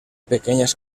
pequeñas